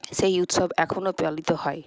সেই উৎসব এখনও পালিত হয়